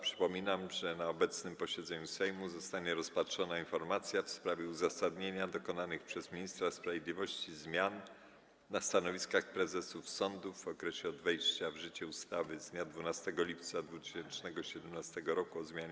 Przypominam, że na obecnym posiedzeniu Sejmu zostanie rozpatrzona informacja w sprawie uzasadnienia dokonanych przez ministra sprawiedliwości zmian na stanowiskach prezesów sądów w okresie od wejścia w życie ustawy z dnia 12 lipca 2017 r. o zmianie